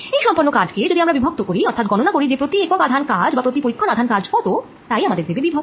এই সম্পন্ন কাজ কে যদি আমরা বিভক্ত করি অর্থাৎ গণনা করি যে প্রতি একক আধান কাজ বা প্রতি পরীক্ষন আধান কাজ কত তা আমাদের দেবে বিভব